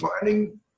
finding